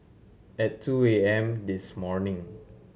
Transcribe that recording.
at two A M this morning